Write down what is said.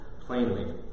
plainly